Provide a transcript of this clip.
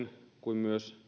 kuin myös